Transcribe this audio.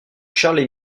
charles